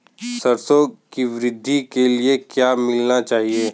सरसों की वृद्धि के लिए क्या मिलाना चाहिए?